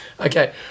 Okay